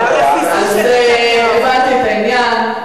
הבנתי את העניין.